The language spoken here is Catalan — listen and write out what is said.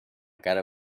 cara